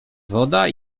woda